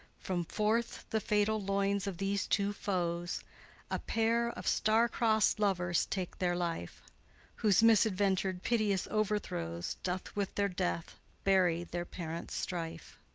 from forth the fatal loins of these two foes a pair of star-cross'd lovers take their life whose misadventur'd piteous overthrows doth with their death bury their parents' strife.